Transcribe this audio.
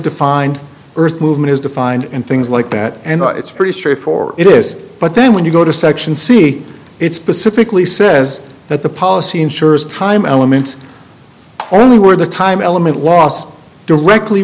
defined earth movement is defined in things like that and it's pretty straightforward it is but then when you go to section c it specifically says that the policy ensures time element only worth the time element loss directly